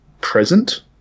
present